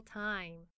time 。